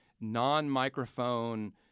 non-microphone